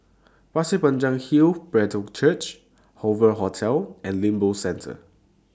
Pasir Panjang Hill Brethren Church Hoover Hotel and Lippo Centre